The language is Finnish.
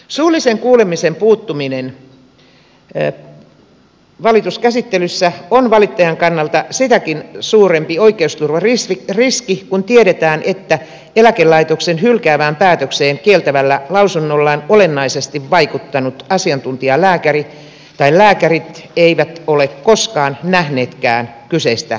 suullisen kuulemisen puuttuminen valituskäsittelyssä on valittajan kannalta sitäkin suurempi oikeusturvariski kun tiedetään että eläkelaitoksen hylkäävään päätökseen kieltävällä lausunnollaan olennaisesti vaikuttanut asiantuntijalääkäri tai lääkärit eivät ole koskaan nähneetkään kyseistä eläkkeenhakijaa